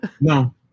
No